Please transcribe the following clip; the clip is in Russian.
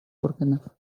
органов